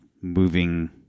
moving